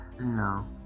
No